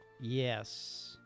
Yes